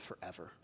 forever